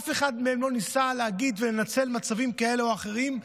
אף אחד מהם לא ניסה להגיד ולנצל מצבים כאלו או אחרים.